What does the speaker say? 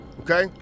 okay